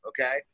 okay